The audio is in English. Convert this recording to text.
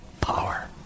power